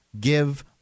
give